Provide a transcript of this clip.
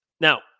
Now